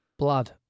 Blood